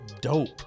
dope